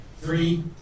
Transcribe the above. three